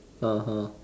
(uh huh)